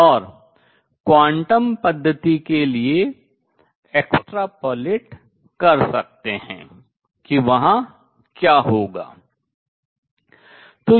और क्वांटम पद्वति के लिए extrapolate बहिर्वेशन कर सकतें है कि वहां क्या होगा